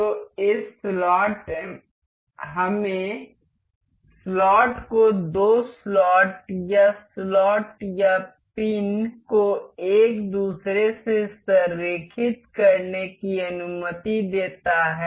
तो यह स्लॉट हमें स्लॉट को दो स्लॉट या स्लॉट या पिन को एक दूसरे से संरेखित करने की अनुमति देता है